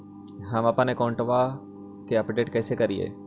हमपन अकाउंट वा के अपडेट कैसै करिअई?